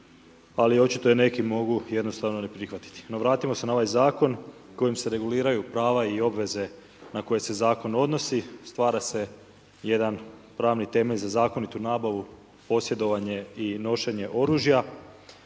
ali očito je neki mogu jednostavno ne prihvatiti. No, vratimo se na ovaj zakon kojim se reguliraju prava i obveze na koje se zakon odnosi. Stvara se jedan pravni temelj za zakonitu nabavu posjedovanje i nošenje oružja.